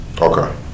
Okay